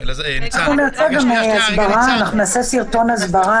נעשה גם סרטון הסברה.